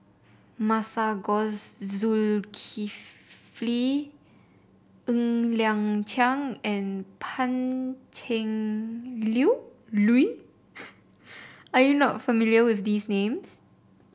Masagos Zulkifli Ng Liang Chiang and Pan Cheng Lui are you not familiar with these names